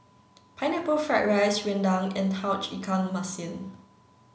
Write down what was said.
pineapple fried rice Rendang and Tauge Ikan Masin